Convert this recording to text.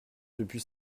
depuis